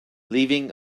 leaving